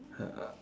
uh